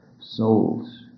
souls